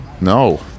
No